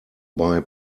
buy